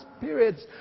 periods